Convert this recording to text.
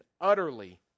utterly